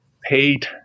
paid